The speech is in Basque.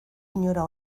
inora